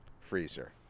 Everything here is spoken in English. freezer